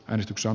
äänestyksen